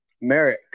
Merrick